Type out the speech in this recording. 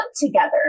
together